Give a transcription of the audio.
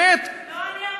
לא אני אמרתי את זה.